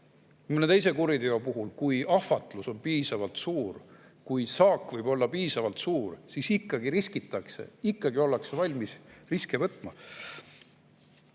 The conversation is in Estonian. mõne teise kuriteo puhul: kui ahvatlus on piisavalt suur, kui saak võib olla piisavalt suur, siis riskitakse ikkagi, ollakse valmis riske võtma.